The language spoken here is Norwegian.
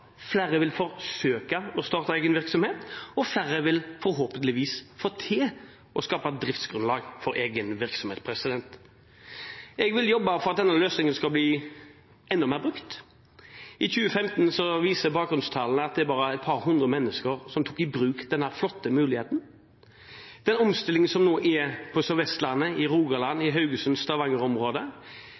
flere vil forsøke å starte egen virksomhet, og flere vil forhåpentligvis få til å skape driftsgrunnlag for egen virksomhet. Jeg vil jobbe for at denne løsningen skal bli enda mer brukt. I 2015 viser bakgrunnstallene at det bare var et par hundre mennesker som tok i bruk denne flotte muligheten. Den omstillingen som nå er på Sør-Vestlandet, i Rogaland og i Haugesund-